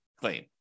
claim